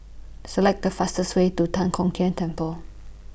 Select The fastest Way to Tan Kong Tian Temple